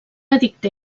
edicte